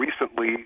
recently